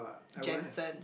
Jensen